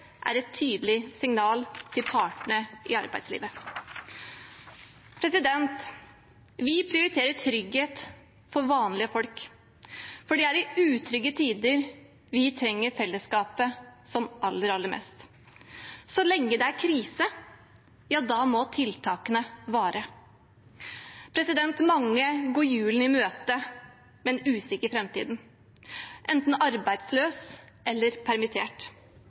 er et tydelig signal til partene i arbeidslivet. Vi prioriterer trygghet for vanlige folk. For det er i utrygge tider vi trenger fellesskapet aller, aller mest. Så lenge det er krise, må tiltakene vare. Mange går julen i møte med en usikker framtid, enten arbeidsløs eller permittert.